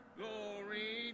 glory